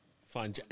fine